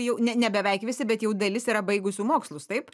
jau ne ne beveik visi bet jau dalis yra baigusių mokslus taip